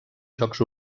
jocs